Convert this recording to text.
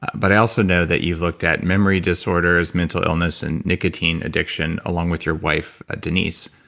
but i also know that you've looked at memory disorders, mental illness, and nicotine addiction along with your wife denise.